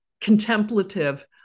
contemplative